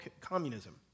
communism